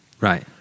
Right